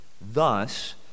Thus